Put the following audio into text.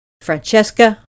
Francesca